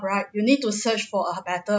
right we need to search for a better